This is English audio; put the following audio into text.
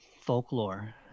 folklore